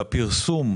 בפרסום,